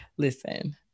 Listen